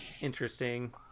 interesting